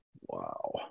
Wow